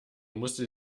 musste